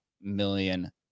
million